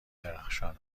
درخشان